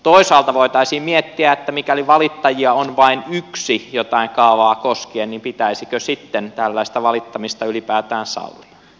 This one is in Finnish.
toisaalta voitaisiin miettiä sitä että mikäli valittajia on vain yksi jotain kaavaa koskien niin pitäisikö sitten tällaista valittamista ylipäätään sallia